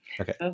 Okay